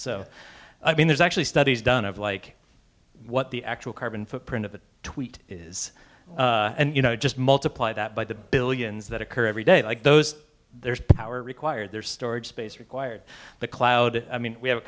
so i mean there's actually studies done of like what the actual carbon footprint of a tweet is and you know just multiply that by the billions that occur every day like those there's power required there storage space required the cloud i mean we have a